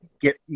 get